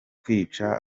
kwica